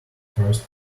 first